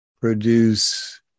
produce